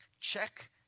check